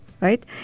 right